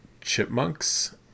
chipmunks